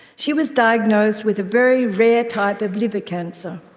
she was diagnosed with a very rare type of liver cancer.